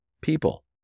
people